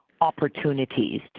opportunities